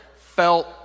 felt